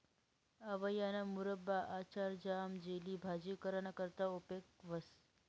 आवयाना मुरब्बा, आचार, ज्याम, जेली, भाजी कराना करता उपेग व्हस